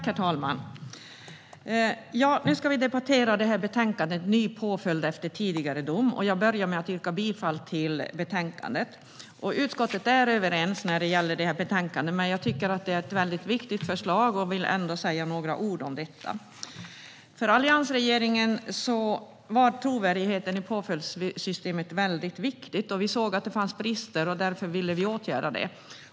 Herr talman! Nu ska vi debattera förslaget i betänkandet Ny påföljd efter tidigare dom . Jag börjar med att yrka bifall till utskottets förslag. Utskottet är överens när det gäller detta betänkande, men eftersom jag tycker att det är ett så viktigt förslag vill jag ändå säga några ord om detta. För alliansregeringen var trovärdigheten i påföljdssystemet väldigt viktig. Vi såg att det fanns brister, och därför ville vi åtgärda det.